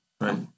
Right